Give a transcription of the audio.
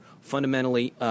fundamentally